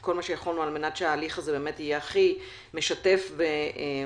כל מה שיכולנו על מנת שההליך הזה יהיה הכי משתף ושקוף.